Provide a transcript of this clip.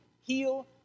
heal